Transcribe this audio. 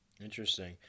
Interesting